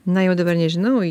na jau dabar nežinau